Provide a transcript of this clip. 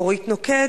אורית נוקד,